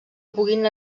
puguin